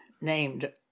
named